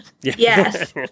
Yes